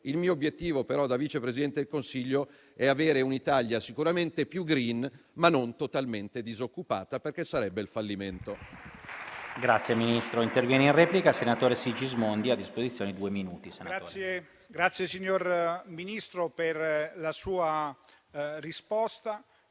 Il mio obiettivo, però, da vice presidente del Consiglio e avere un'Italia sicuramente più *green*, ma non totalmente disoccupata, perché sarebbe il fallimento.